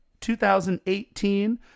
2018